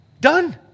done